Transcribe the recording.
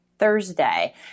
Thursday